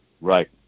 Right